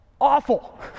awful